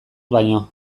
baino